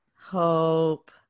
hope